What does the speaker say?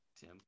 Tim